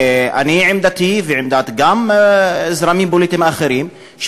עמדתי וגם עמדת זרמים פוליטיים אחרים היא